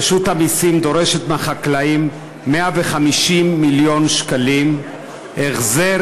רשות המסים דורשת מהחקלאים 150 מיליון שקלים החזר